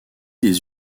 des